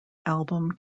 album